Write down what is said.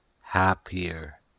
happier